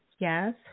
Yes